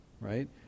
right